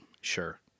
Sure